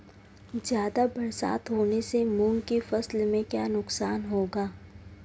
ज़्यादा बरसात होने से मूंग की फसल में क्या नुकसान होगा?